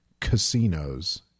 casinos